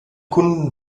kunden